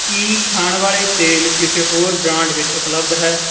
ਕੀ ਖਾਣ ਵਾਲੇ ਤੇਲ ਕਿਸੇ ਹੋਰ ਬ੍ਰਾਂਡ ਵਿੱਚ ਉਪਲਬਧ ਹੈ